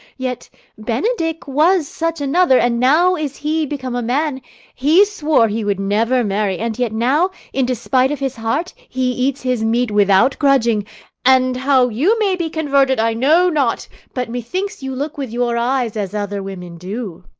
yet benedick was such another, and now is he become a man he swore he would never marry and yet now, in despite of his heart, he eats his meat without grudging and how you may be converted, i know not but methinks you look with your eyes as other women do.